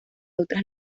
otras